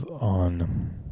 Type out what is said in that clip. on